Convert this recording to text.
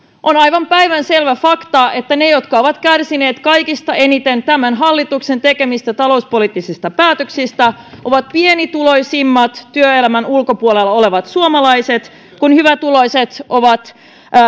on aivan päivänselvä fakta että ne jotka ovat kärsineet kaikista eniten tämän hallituksen tekemistä talouspoliittisista päätöksistä ovat pienituloisimmat työelämän ulkopuolella olevat suomalaiset kun hyvätuloiset ovat